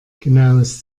genaues